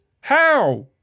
How